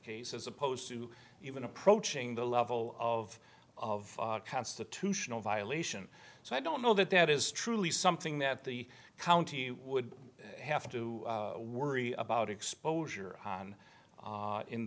case as opposed to even approaching the level of of constitutional violation so i don't know that that is truly something that the county would have to worry about exposure on